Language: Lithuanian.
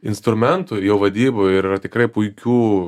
instrumentų jau vadyboj ir yra tikrai puikių